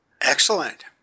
Excellent